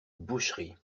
boucherie